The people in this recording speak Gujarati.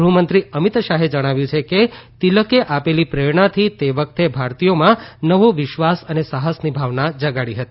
ગૃહમંત્રી અમીત શાહે જણાવ્યું છે કે તીલકે આપેલી પ્રેરણાથી તે વખતે ભારતીયોમાં નવો વિશ્વાસ અને સાહસની ભાવના જગાડી હતી